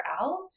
out